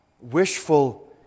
wishful